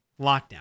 lockdown